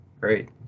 great